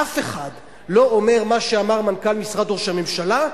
אף אחד לא אומר מה שאמר מנכ"ל משרד ראש הממשלה,